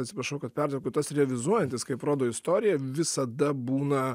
atsiprašau kad pertraukiau tas revizuojantis kaip rodo istorija visada būna